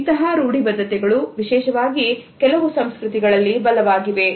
ಇಂತಹ ರೂಢಿ ಬದ್ಧತೆಗಳು ವಿಶೇಷವಾಗಿ ಕೆಲವು ಸಂಸ್ಕೃತಿಗಳಲ್ಲಿ ಬಲವಾಗಿವೆ